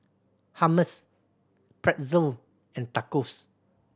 Hummus Pretzel and Tacos